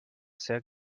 sehr